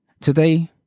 Today